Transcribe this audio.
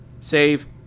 save